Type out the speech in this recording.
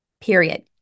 period